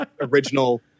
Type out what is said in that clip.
original